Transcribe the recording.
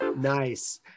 nice